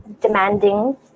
demanding